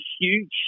huge